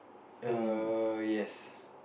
err yes